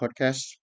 podcast